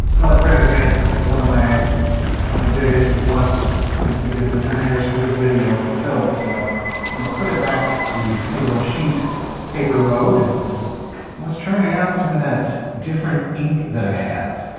well i printed a banner. that's one of my my biggest once, my biggest desires for this video fulfilled. so i'm gonna put it back to the single sheet paper mode and let's try out some of that different ink that i have.